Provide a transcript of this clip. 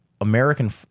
American